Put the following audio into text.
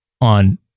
on